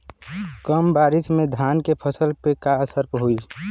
कम बारिश में धान के फसल पे का असर होई?